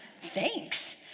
Thanks